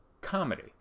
comedy